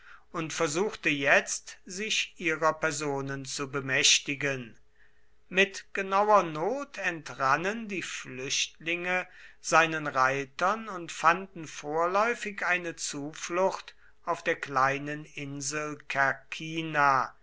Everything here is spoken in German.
und versuchte jetzt sich ihrer personen zu bemächtigen mit genauer not entrannen die flüchtlinge seinen reitern und fanden vorläufig eine zuflucht auf der kleinen insel